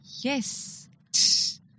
Yes